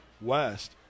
West